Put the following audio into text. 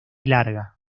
larga